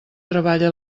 treballa